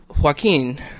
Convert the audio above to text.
Joaquin